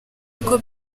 uko